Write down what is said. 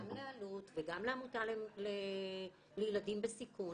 גם לאלו"ט וגם לעמותה לילדים בסיכון